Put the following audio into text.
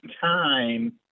time